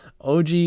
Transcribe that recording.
og